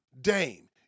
Dame